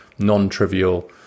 non-trivial